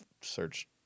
search